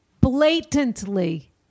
blatantly